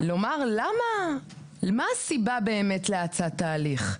לומר מה הסיבה באמת להאצת ההליך.